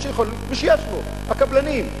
מי שיש לו, הקבלנים.